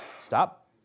Stop